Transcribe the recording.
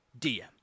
DM